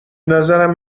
نظرم